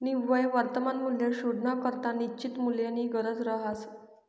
निव्वय वर्तमान मूल्य शोधानाकरता निश्चित मूल्यनी गरज रहास